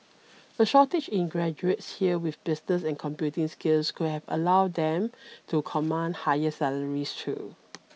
a shortage in graduates here with business and computing skills could have allowed them to command higher salaries too